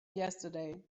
yesterday